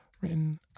written